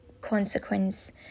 consequence